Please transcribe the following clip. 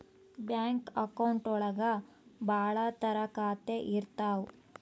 bank account ಒಳಗ ಭಾಳ ತರ ಖಾತೆ ಬರ್ತಾವ್